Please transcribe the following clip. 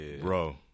Bro